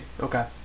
Okay